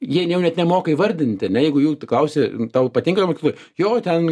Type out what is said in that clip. jie jau net nemoka įvardinti ane jeigu jų klausi tau patinka mokiloj jo ten